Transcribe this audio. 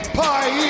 pie